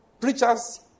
preachers